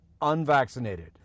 unvaccinated